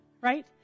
right